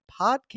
podcast